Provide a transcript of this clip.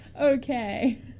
Okay